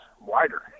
wider